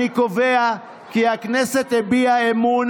אני קובע כי הכנסת הביעה אמון